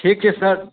ठीक छै सर